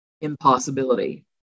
impossibility